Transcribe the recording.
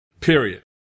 period